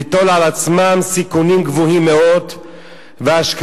ליטול על עצמם סיכונים גבוהים מאוד בהשקעותיהם.